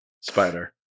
spider